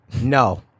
No